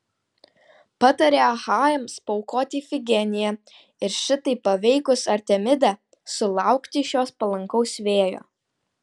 patarė achajams paaukoti ifigeniją ir šitaip paveikus artemidę sulaukti iš jos palankaus vėjo